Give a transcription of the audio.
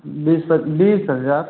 बीस बीस हज़ार